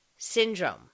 Syndrome